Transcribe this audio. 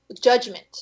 judgment